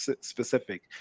specific